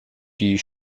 die